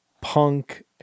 punk